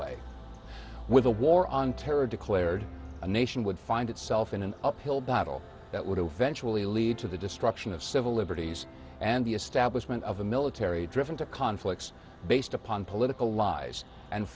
away with a war on terror declared a nation would find itself in an uphill battle that would eventually lead to the destruction of civil liberties and the establishment of a military driven to conflicts based upon political lies and